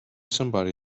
somebody